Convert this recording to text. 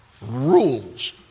Rules